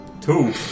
Two